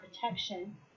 protection